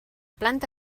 planta